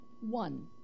one